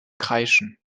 kreischen